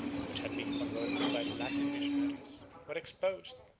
which had been converted by the latin missionaries, were exposed,